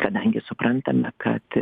kadangi suprantame kad